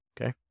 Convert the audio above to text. okay